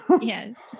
Yes